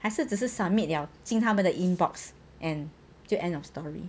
还是只是 submit liao 进他们的 inbox and 就 end of the story